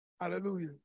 Hallelujah